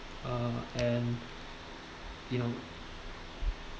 uh and you know